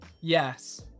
yes